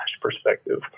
perspective